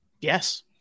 Yes